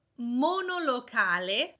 monolocale